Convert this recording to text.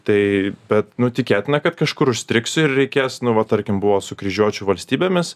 tai bet nu tikėtina kad kažkur užstrigsiu ir reikės nu va tarkim buvo su kryžiuočių valstybėmis